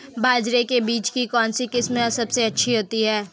बाजरे के बीज की कौनसी किस्म सबसे अच्छी होती है?